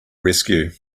rescue